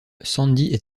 sandy